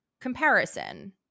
comparison